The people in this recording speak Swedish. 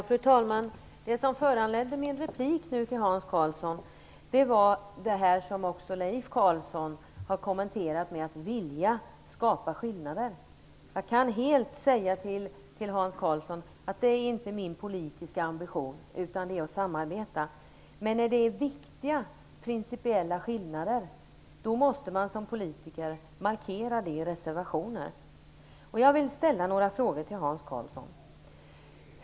Fru talman! Det som föranledde mig att begära replik på Hans Karlsson är det som också Leif Carlson kommenterat. Det gäller detta med att vilja skapa skillnader. Det är verkligen inte min politiska ambition att göra det, utan det gäller att samarbeta. Men när det finns viktiga principiella skillnader måste man som politiker göra en markering i en reservation. Jag har några frågor till Hans Karlsson.